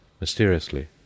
mysteriously